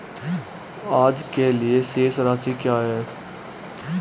आज के लिए शेष राशि क्या है?